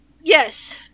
yes